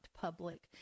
public